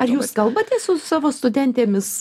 ar jūs kalbatės su savo studentėmis